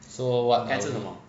so what